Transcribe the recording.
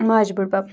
ماجہِ بٔڈٕبَب